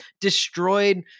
destroyed